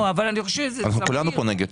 אנחנו כולנו פה נגד.